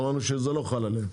אמרנו שזה לא חל עליהם.